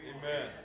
Amen